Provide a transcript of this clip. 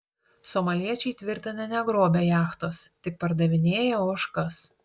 somaliečiai tvirtina negrobę jachtos tik pardavinėję ožkas